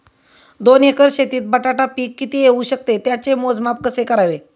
दोन एकर शेतीत बटाटा पीक किती येवू शकते? त्याचे मोजमाप कसे करावे?